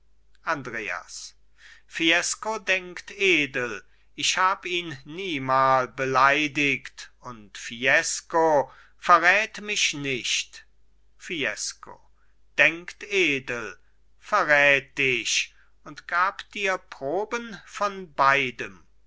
andreas fiesco denkt edel ich hab ihn niemal beleidigt und fiesco verrät mich nicht fiesco denkt edel verrät dich und gab dir proben von beidem